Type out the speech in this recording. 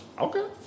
Okay